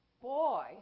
Boy